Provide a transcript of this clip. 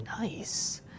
Nice